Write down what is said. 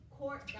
court